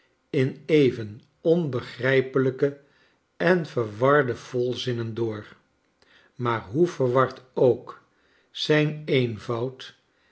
in even onbegrijpelijke en verwarde volzinnen door maar hoe verwaxcl ook zijn eenvoud